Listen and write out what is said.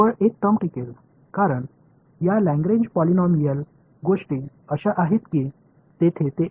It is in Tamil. ஏனெனில் இந்த லாக்ரேஞ்ச் பாலினாமியல் ஒன்றுதான் நீடித்து இருக்கும்